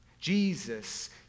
Jesus